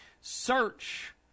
Search